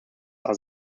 are